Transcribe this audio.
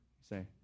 say